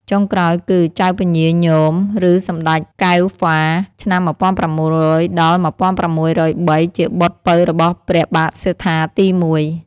ចុងក្រោយគឺ ចៅពញាញោម ឬសម្ដេចកែវហ្វា (ឆ្នាំ ១៦០០-១៦០៣) ជាបុត្រពៅរបស់ព្រះបាទសត្ថាទី១។